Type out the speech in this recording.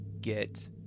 get